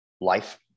life